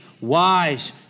wise